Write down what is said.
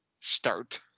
start